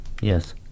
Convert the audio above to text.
yes